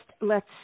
lets